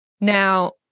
Now